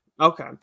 okay